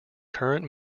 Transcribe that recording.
current